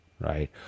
right